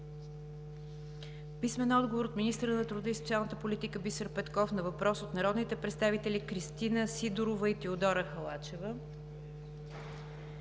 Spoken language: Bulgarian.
Цветков; - министъра на труда и социалната политика Бисер Петков на въпрос от народните представители Кристина Сидорова и Теодора Халачева;